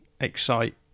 excite